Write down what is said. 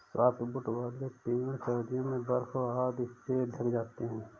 softwood वाले पेड़ सर्दियों में बर्फ आदि से ढँक जाते हैं